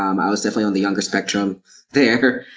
um i was definitely on the younger spectrum there.